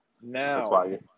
now